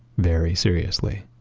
very seriously